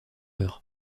heures